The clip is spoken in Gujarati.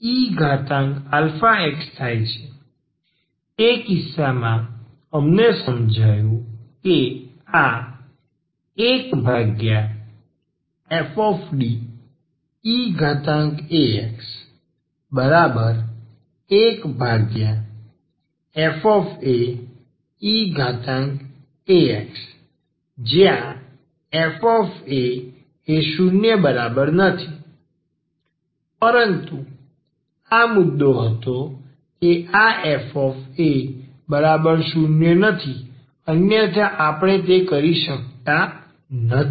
તે કિસ્સામાં અમને સમજાયું છે કે આ 1fDeax1faeax જ્યાં fa≠0 પરંતુ અહીં આ મુદ્દો હતો કે આ fa≠0અન્યથા આપણે તે કરી શકતા નથી